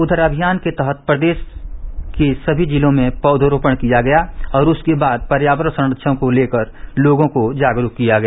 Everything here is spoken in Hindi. उधर अभियान के तहत प्रदेश के समी जिलों में पौधरोपण किया गया और उसके बाद पर्यावरण संरक्षण को लेकर लोगों को जागरूक किया गया